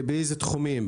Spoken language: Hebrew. באיזה תחומים,